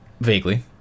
vaguely